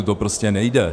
To prostě nejde.